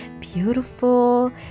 beautiful